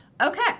Okay